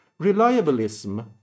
Reliabilism